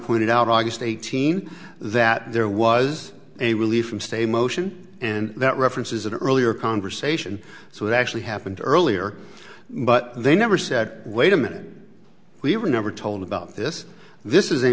pointed out august eighteen that there was a relief from stay most and that reference is an earlier conversation so it actually happened earlier but they never said wait a minute we were never told about this this is a